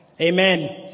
Amen